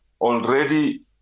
already